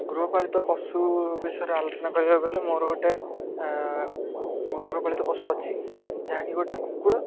ଗୃହପାଳିତ ପଶୁ ବିଷୟରେ ଆଲୋଚନା କରିବାକୁ ହେଲେ ମୋର ଗୋଟେ ଗୃହପାଳିତ ପଶୁ ଅଛି ଯାହାକି ଗୋଟେ କୁକୁର